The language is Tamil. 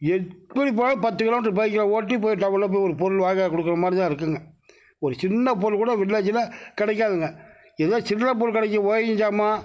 எப்படி போனாலும் பத்து கிலோமீட்டர் பைக்கில் ஓட்டி போய் டவுனில் போய் ஒரு பொருள் வாங்கிவந்து கொடுக்குற மாதிரி தான் இருக்கும்ங்க ஒரு சின்ன பொருள் கூட வில்லேஜில் கிடைக்காதுங்க ஏதோ சின்ன பொருள் கெடைக்கும் ஒயரிங் சாமான்